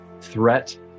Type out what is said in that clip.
threat